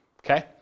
Okay